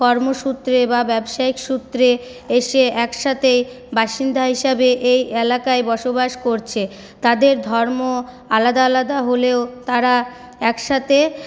কর্মসূত্রে বা ব্যবসায়িক সূত্রে এসে একসাথে বাসিন্দা হিসাবে এই এলাকায় বসবাস করছে তাদের ধর্ম আলাদা আলাদা হলেও তারা একসাথে